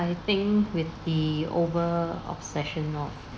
I think with the over obsession of